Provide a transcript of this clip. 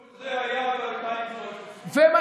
כל זה היה ב-2013 לא,